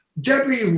Debbie